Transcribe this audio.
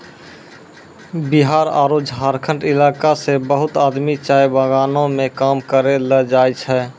बिहार आरो झारखंड इलाका सॅ बहुत आदमी चाय बगानों मॅ काम करै ल जाय छै